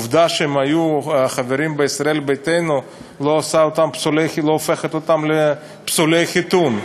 העובדה שהם היו חברים בישראל ביתנו לא הופכת אותם לפסולי חיתון.